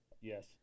yes